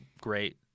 great